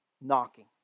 Knocking